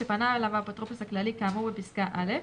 שפנה אליו האפוטרופוס הכללי כאמור בפסקה (א),